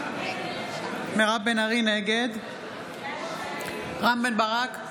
נגד רם בן ברק,